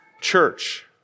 church